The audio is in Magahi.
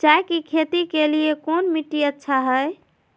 चाय की खेती के लिए कौन मिट्टी अच्छा हाय?